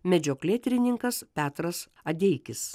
medžioklėtrininkas petras adeikis